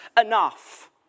enough